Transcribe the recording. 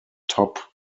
top